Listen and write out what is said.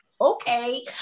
Okay